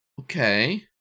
Okay